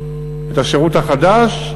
את השירות החדש,